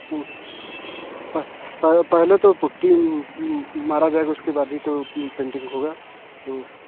तो पहले तो पुट्टी मारा गया उसके बाद ही तो पेंटिंग होगा तो